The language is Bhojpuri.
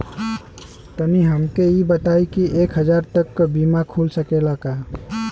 तनि हमके इ बताईं की एक हजार तक क बीमा खुल सकेला का?